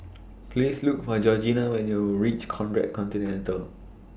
Please Look For Georgina when YOU REACH Conrad Centennial